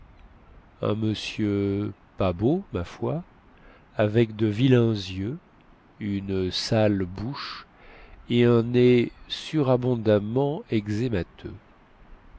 un monsieur pas beau ma foi avec de vilains yeux une sale bouche et un nez surabondamment